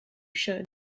should